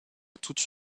toute